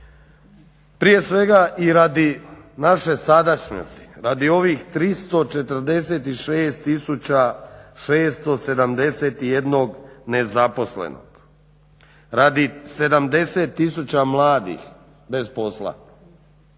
prije svega i radi naše sadašnjosti, radi ovih 346671 nezaposlenog, radi 70000 mladih bez posla,